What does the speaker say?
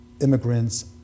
immigrants